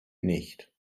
nicht